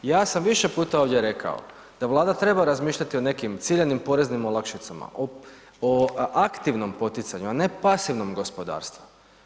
Ja sam više puta ovdje rekao da Vlada treba razmišljati o nekim ciljanim poreznim olakšicama, o aktivnom poticanju, a ne pasivnom gospodarstvu.